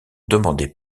demander